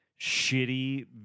shitty